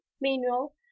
manual